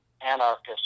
anarchist